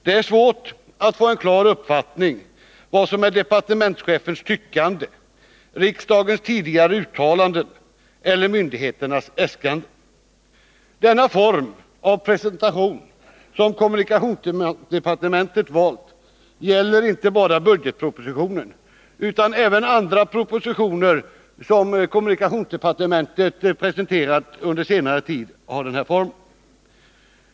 Det är svårt att få en klar uppfattning om vad som är departementschefens tyckande, riksdagens tidigare uttalanden och myndigheternas äskanden. Den form av presentation som kommunikationsdepartementet har valt gäller inte bara budgetpropositionen utan även andra propositioner som kommunikationsdepartementet presenterat under senare tid.